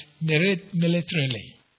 militarily